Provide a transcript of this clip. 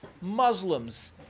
Muslims